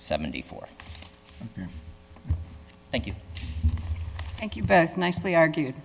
seventy four thank you thank you back nicely argued